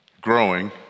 growing